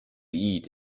eat